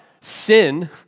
Sin